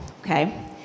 okay